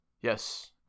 Yes